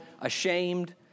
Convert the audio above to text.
ashamed